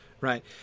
right